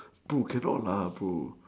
bro cannot lah bro